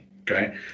okay